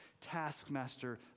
taskmaster